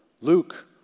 Luke